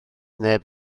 neb